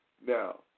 Now